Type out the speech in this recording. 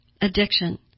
addiction